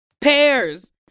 pears